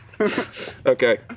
Okay